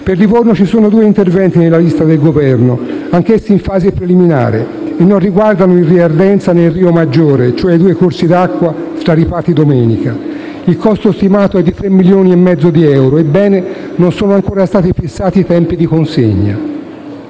Per Livorno ci sono due interventi nella lista del Governo, anch'essi in fase preliminare, e non riguardano il Rio Ardenza né il Rio Maggiore, cioè i due corsi d'acqua straripati domenica: il costo stimato è di 3,5 milioni di euro. Ebbene, non sono ancora stati fissati i tempi di consegna.